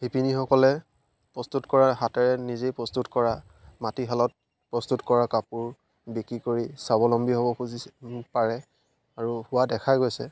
শিপিনীসকলে প্ৰস্তুত কৰা হাতেৰে নিজেই প্ৰস্তুত কৰা মাটিশালত প্ৰস্তুত কৰা কাপোৰ বিক্ৰী কৰি স্বাৱলম্বী হ'ব খুজিছে পাৰে আৰু হোৱা দেখা গৈছে